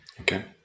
Okay